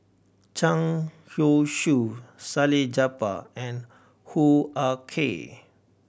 Zhang Youshuo Salleh Japar and Hoo Ah Kay